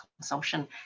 consumption